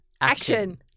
action